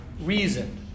reason